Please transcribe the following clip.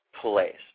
place